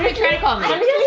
try to call me.